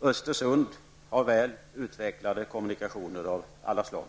Östersund har väl utvecklade kommunikationer av alla slag.